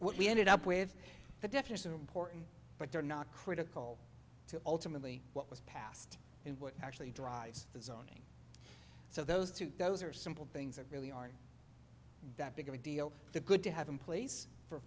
what we ended up with the definition important but they're not critical to ultimately what was passed and what actually drives the zoning so those two those are simple things that really aren't that big of a deal the good to have in place for